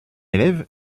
élève